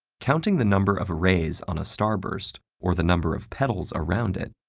counting the number of rays on a starburst, or the number of petals around it,